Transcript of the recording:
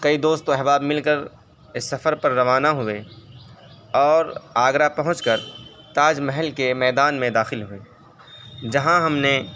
کئی دوست احباب مل کر اس سفر پر روانہ ہوئے اور آگرہ پہنچ کر تاج محل کے میدان میں داخل ہوئے جہاں ہم نے